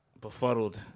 befuddled